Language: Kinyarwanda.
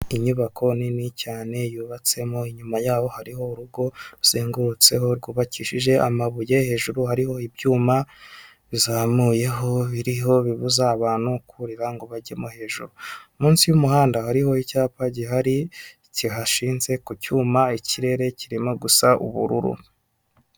Inyubako nini cyane yubatsemo, inyuma yaho hariho urugo ruzengurutseho rwukishije amabuye hejuru hariho ibyuma bizamuyeho biriho bibuza abantu kurira ngo bajye hejuru munsi yumuhanda hariho icyapa gihari kihashinze ku cyuma kirere kirimo gusa ubururu.